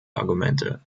argumente